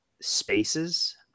spaces